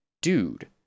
Dude